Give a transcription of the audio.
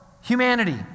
humanity